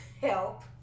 help